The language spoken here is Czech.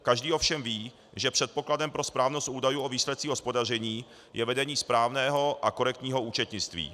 Každý ovšem ví, že předpokladem pro správnost údajů o výsledcích hospodaření je vedení správného a korektního účetnictví.